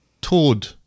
toad